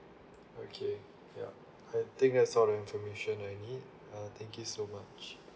okay ya I think that's all the information I need uh thank you so much